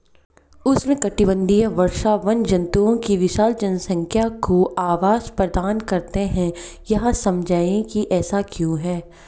उष्णकटिबंधीय वर्षावन जंतुओं की विशाल जनसंख्या को आवास प्रदान करते हैं यह समझाइए कि ऐसा क्यों है?